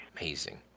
Amazing